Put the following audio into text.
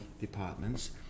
departments